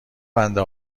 بنده